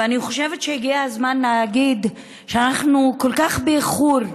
ואני חושבת שהגיע הזמן להגיד שאנחנו כל כך באיחור,